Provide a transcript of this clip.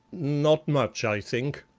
not much, i think,